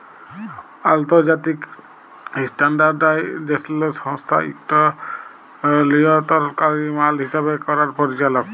আলতর্জাতিক ইসট্যানডারডাইজেসল সংস্থা ইকট লিয়লতরলকারি মাল হিসাব ক্যরার পরিচালক